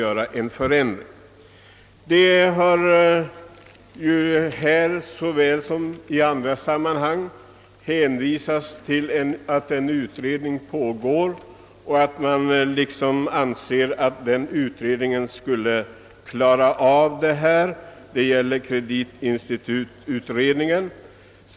Utskottet har i detta fall liksom så ofta annars hänvisat till att en utredning — kreditinstitututredningen — redan arbetar med hithörande frågor.